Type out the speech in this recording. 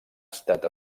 estat